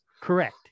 correct